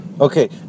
Okay